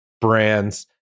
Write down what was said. brands